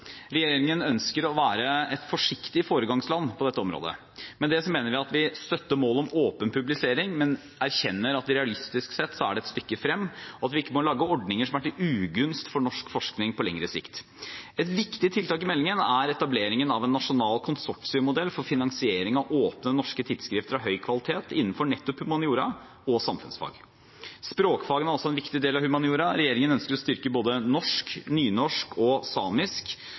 Regjeringen ønsker å være et forsiktig foregangsland på dette området. Med det mener vi at vi støtter målet om åpen publisering, men erkjenner at realistisk sett er det et stykke frem, og at vi ikke må lage ordninger som er til ugunst for norsk forskning på lengre sikt. Et viktig tiltak i meldingen er etableringen av en nasjonal konsortiemodell for finansiering av åpne norske tidsskrifter av høy kvalitet innenfor nettopp humaniora og samfunnsfag. Språkfagene er også en viktig del av humaniora. Regjeringen ønsker å styrke både norsk, nynorsk og samisk